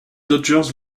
dodgers